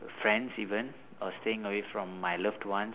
friends even or staying away from my loved one